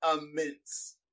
immense